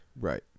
right